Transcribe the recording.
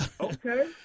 Okay